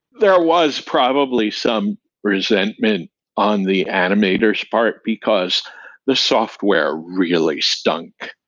there was probably some resentment on the animator s part, because the software really stunk.